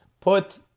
put